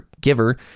giver